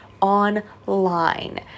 online